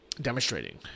Demonstrating